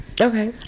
Okay